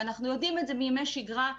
ואנחנו יודעים את זה מימי שגרה,